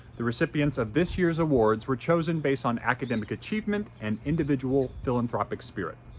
the recipients of this year's awards were chosen based on academic achievement and individual philanthropic spirit.